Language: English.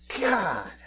God